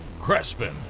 Crespin